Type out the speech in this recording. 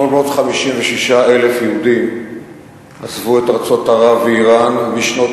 756,000 יהודים עזבו את ארצות ערב ואירן משנות